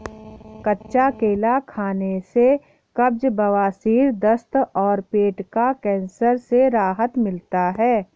कच्चा केला खाने से कब्ज, बवासीर, दस्त और पेट का कैंसर से राहत मिलता है